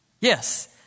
Yes